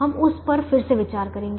हम उस पर फिर से विचार करेंगे